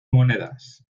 monedas